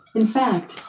in fact,